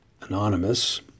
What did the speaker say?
anonymous